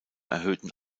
erhöhten